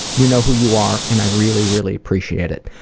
you know who you are, and i really, really appreciate it.